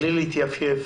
בלי להתייפייף